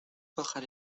bajar